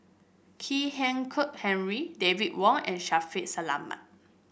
Kwek Hian Khuan Henry David Wong and Shaffiq Selamat